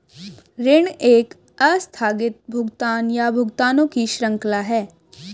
ऋण एक आस्थगित भुगतान, या भुगतानों की श्रृंखला है